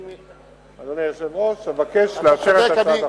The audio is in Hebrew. אדוני היושב-ראש, אבקש לאשר את הצעת החוק.